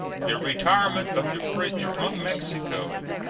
the retirement of the french from mexico,